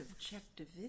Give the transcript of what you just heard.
objective